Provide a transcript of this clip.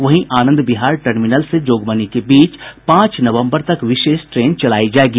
वहीं आनंद विहार टर्मिनल से जोगबनी के बीच पांच नवम्बर तक विशेष ट्रेन चलायी जाएगी